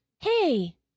hey